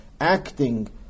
acting